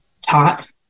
taught